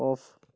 off